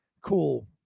Cool